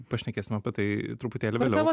pašnekėsim apie tai truputėlį vėliau